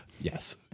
Yes